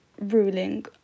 ruling